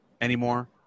anymore